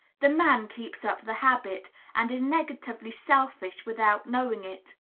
the man keeps up the habit, and is negatively selfish without knowing it.